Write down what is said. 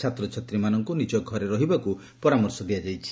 ଛାତ୍ରଛାତ୍ରୀମାନଙ୍କୁ ନିଜ ଘରେ ରହିବାକୁ ପରାମର୍ଶ ଦିଆଯାଇଛି